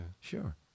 Sure